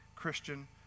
Christian